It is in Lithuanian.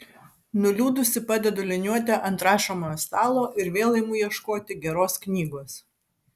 nuliūdusi padedu liniuotę ant rašomojo stalo ir vėl imu ieškoti geros knygos